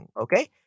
okay